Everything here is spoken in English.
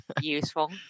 Useful